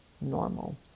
normal